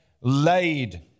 laid